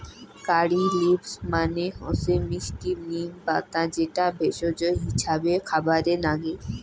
কারী leaves মানে হসে মিস্টি নিম পাতা যেটা ভেষজ হিছাবে খাবারে নাগে